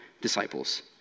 disciples